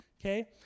Okay